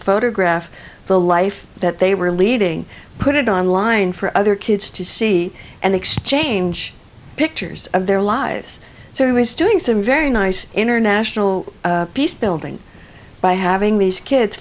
photograph the life that they were leading put it online for other kids to see and exchange pictures of their lives so he was doing some very nice international peace building by having these kids